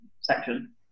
section